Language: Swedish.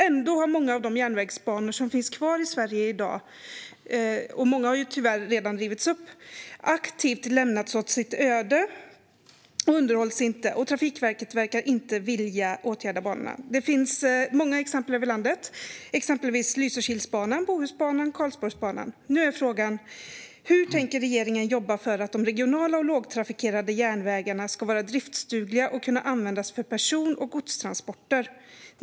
Ändå har många av de järnvägsbanor som finns kvar i Sverige i dag - många har tyvärr redan rivits upp - aktivt lämnats åt sitt öde och underhålls inte. Trafikverket verkar inte vilja åtgärda banorna. Det finns många exempel i landet, exempelvis Lysekilsbanan, Bohusbanan och Karlsborgsbanan. Nu är frågan: Hur tänker regeringen jobba för att de regionala och lågtrafikerade järnvägarna ska vara driftsdugliga och kunna användas för person och godstransporter?